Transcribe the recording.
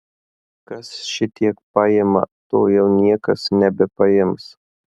kas šitiek paima to jau niekas nebepaims